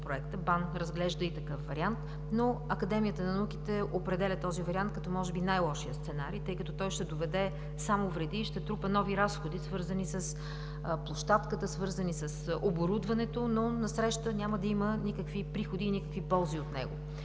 Проекта. БАН разглежда и такъв вариант, но Академията на науките го определя като най-лошия сценарий, тъй като той ще доведе само вреди и ще трупа нови разходи, свързани с площадката, с оборудването, но насреща няма да има никакви приходи и никакви ползи от него.